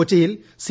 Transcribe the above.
കൊച്ചിയിൽ സി